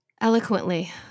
Eloquently